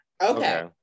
Okay